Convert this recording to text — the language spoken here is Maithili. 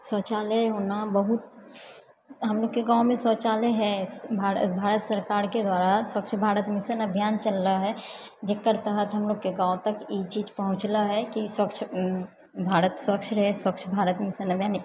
शौचालय होना बहुत हमलोगोके गाँवममे शौचालय है भारत भारत सरकारके द्वारा स्वच्छ भारत मिशन अभियान चल रहा है जेकर तहत हमलोगोकेंँ गाँव तक ई चीज पहुँचलै हंँ कि स्वच्छ भारत स्वच्छ रहए स्वच्छ भारत मिशन